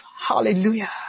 hallelujah